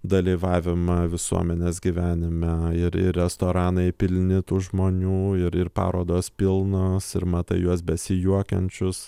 dalyvavimą visuomenės gyvenime ir ir restoranai pilni tų žmonių ir ir parodos pilnos ir matai juos besijuokiančius